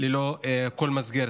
ללא כל מסגרת.